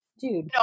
dude